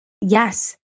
Yes